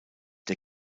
der